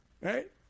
Right